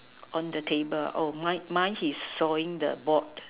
on the table mine mine is sawing the box